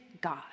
God